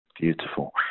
Beautiful